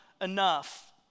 enough